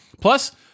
Plus